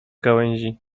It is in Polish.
gałęzi